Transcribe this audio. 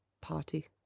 party